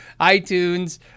iTunes